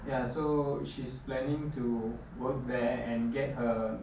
ya so she's planning to work there and get her